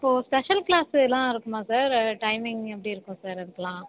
ஓ special கிளாஸ்லாம் இருக்குமா sir timing எப்படி இருக்கும் சார் அதுக்கு எல்லாம்